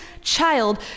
child